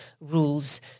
rules